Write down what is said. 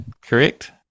correct